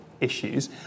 issues